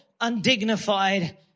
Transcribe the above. undignified